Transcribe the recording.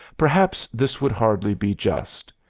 perhaps this would hardly be just.